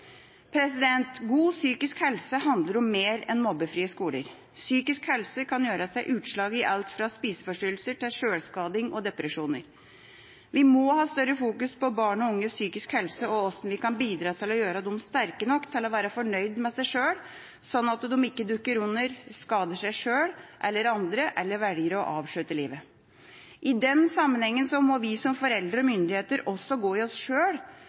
God psykisk helse handler om mer enn mobbefrie skoler. Psykisk helse kan gi seg utslag i alt fra spiseforstyrrelser til sjølskading og depresjoner. Vi må ha større fokus på barns og unges psykiske helse og hvordan vi kan bidra til å gjøre dem sterke nok til å være fornøyd med seg sjøl, slik at de ikke dukker under, skader seg sjøl eller andre, eller velger å avslutte livet. I den sammenheng må vi som foreldre og myndigheter også gå i oss sjøl